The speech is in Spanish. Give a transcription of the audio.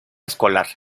escolar